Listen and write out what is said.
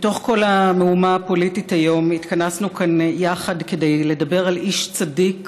בתוך כל המהומה הפוליטית היום התכנסנו כאן יחד כדי לדבר על איש צדיק,